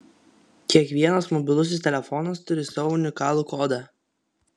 kiekvienas mobilusis telefonas turi savo unikalų kodą